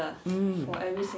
mm